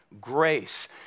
grace